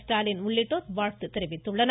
ஸ்டாலின் உள்ளிட்டோர் வாழ்த்து தெரிவித்துள்ளனர்